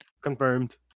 Confirmed